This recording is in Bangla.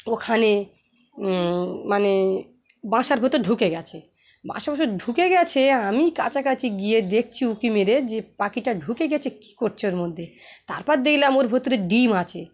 ওখানে মানে বাসার ভেতর ঢুকে গেছে বাসার ভেতর ঢুকে গেছে আমি কাছাকাছি গিয়ে দেখছি উঁকি মেরে যে পাখিটা ঢুকে গেছে কী করছে ওর মধ্যে তারপর দেখলোম ওর ভেতরে ডিম আছে